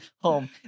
home